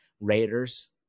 Raiders